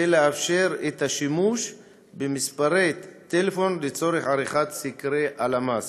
כדי לאפשר את השימוש במספרי טלפון לצורך עריכת סקרי הלמ"ס,